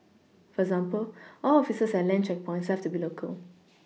for example all officers at land checkpoints have to be local